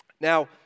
Now